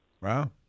Wow